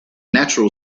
natural